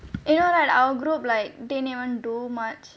you know right our group like didn't even do much